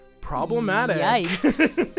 Problematic